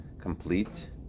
complete